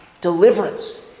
deliverance